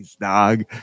dog